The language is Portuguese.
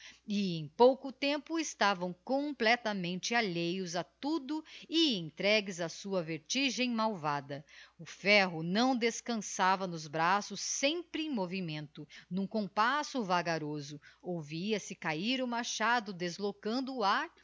em pouco tempo estavam completamente alheios a tudo e entregues á sua vertigem malvada o ferro não descançava nos braços sempre em movimento n'um compasso vagaroso ouvia secahiro machado deslocando o